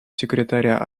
секретаря